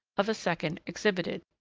of a second exhibited.